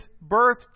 birth